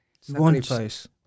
Sacrifice